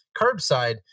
curbside